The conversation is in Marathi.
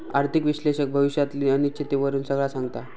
आर्थिक विश्लेषक भविष्यातली अनिश्चिततेवरून सगळा सांगता